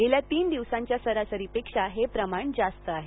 गेल्या तीन दिवसांच्या सरासरीपेक्षा हे प्रमाण जास्त आहे